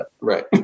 Right